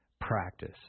practice